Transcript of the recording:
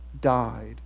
died